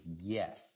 yes